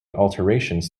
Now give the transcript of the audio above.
alterations